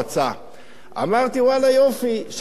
אמרתי: ואללה, יופי, שפר גורלי.